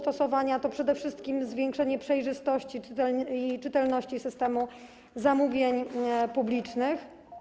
To przede wszystkim zwiększenie przejrzystości i czytelności systemu zamówień publicznych.